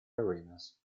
arenas